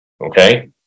Okay